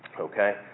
Okay